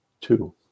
Two